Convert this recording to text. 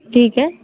ठीक आहे